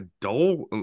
dull